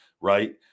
right